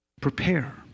prepare